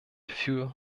für